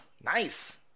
nice